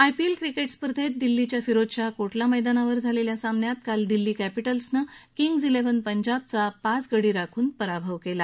IPL cricket स्पर्धेत दिल्लीच्या फिरोजशहा कोटला मैदानावर झालेल्या सामन्यात काल दिल्ली कॅपिटल्सनं किंग्ज विव्हन पंजाबचा पाच गडी राखून पराभव केला